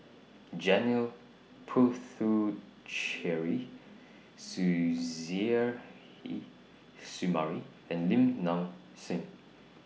Janil Puthucheary Suzairhe Sumari and Lim Nang Seng